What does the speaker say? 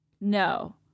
No